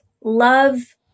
love